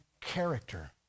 character